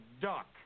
duck